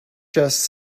just